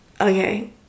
Okay